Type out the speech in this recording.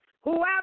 Whoever